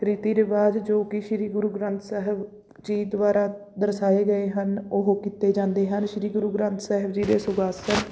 ਰੀਤੀ ਰਿਵਾਜ ਜੋ ਕੀ ਸ਼੍ਰੀ ਗੁਰੂ ਗ੍ਰੰਥ ਸਾਹਿਬ ਜੀ ਦੁਆਰਾ ਦਰਸਾਏ ਗਏ ਹਨ ਉਹ ਕੀਤੇ ਜਾਂਦੇ ਹਨ ਸ਼੍ਰੀ ਗੁਰੂ ਗ੍ਰੰਥ ਸਾਹਿਬ ਜੀ ਦੇ ਸੁਖਾਸਨ